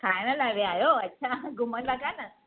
खाइणु लाइ विया आहियो अछा घुमंदा कान